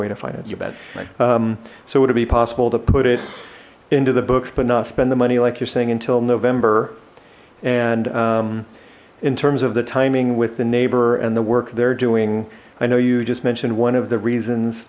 way to finance your bed so would it be possible to put it into the books but not spend the money like you're saying until november and in terms of the timing with the neighbor and the work they're doing i know you just mentioned one of the reasons